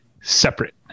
separate